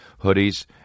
hoodies